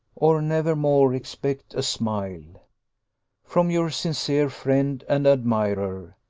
or never more expect a smile from your sincere friend and admirer,